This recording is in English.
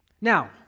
Now